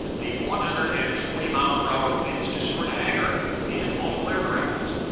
the one hundred and forty mile per hour winds destroyed a hangar and multiple aircraft.